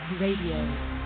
Radio